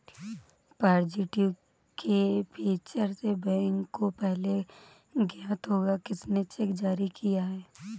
positive pay feature से bank को पहले ज्ञात होगा किसने चेक जारी किया है